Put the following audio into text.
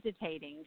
hesitating